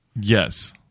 yes